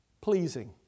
pleasing